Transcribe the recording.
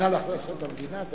מינהל הכנסות המדינה.